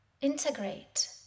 integrate